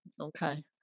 Okay